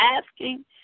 asking